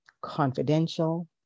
Confidential